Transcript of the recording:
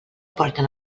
porten